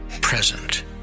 present